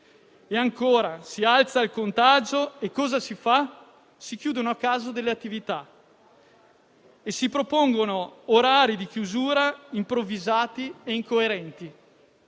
E ancora: si alza il contagio e cosa si fa? Si chiudono a caso delle attività e si propongono orari di chiusura improvvisati e incoerenti,